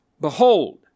Behold